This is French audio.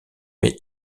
mais